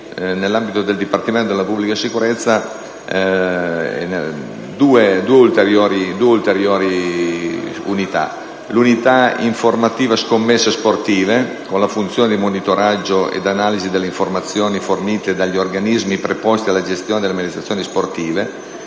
nell'ambito del Dipartimento della pubblica sicurezza due ulteriori unità. Mi riferisco, in primo luogo, all'unità informativa scommesse sportive, con funzione di monitoraggio e analisi delle informazioni fornite dagli organismi preposti alla gestione delle manifestazioni sportive,